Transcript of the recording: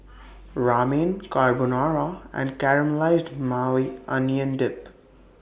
Ramen Carbonara and Caramelized Maui Onion Dip